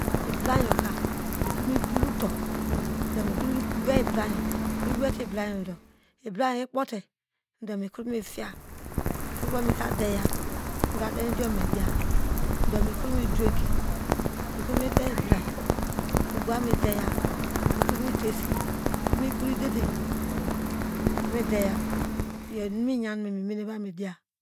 Iblayoka otromo bol uto do mekre me we iblanyo me wete iblayo do iblayo ikpote do mikro mitie mekro mediya do mekro medieki me de ibiay medeya mikrometa esy mikro mikpro idede mekro medeya iyoimunu me mimene vamidiya